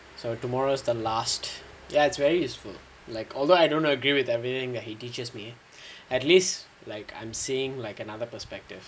so tomorrow is the last ya it's very useful although I don't agree with everything that he teaches me at least like I'm seeing like another perspective